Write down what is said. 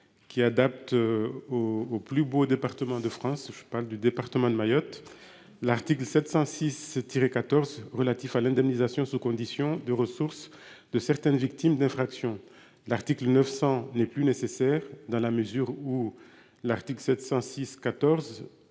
Qui adapte. Au plus beau département de France, je parle du département de Mayotte. L'article 706 tiret 14 relatif à l'indemnisation sous condition de ressources de certaines victimes d'infractions. L'article 900 n'est plus nécessaire dans la mesure où l'article 706 14.